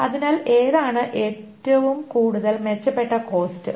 അതിനാൽ ഏതാണ് കൂടുതൽ മെച്ചപ്പെട്ട കോസ്റ്റ്